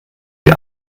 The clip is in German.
die